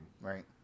Right